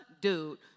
Dude